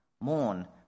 Mourn